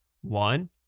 One